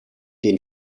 den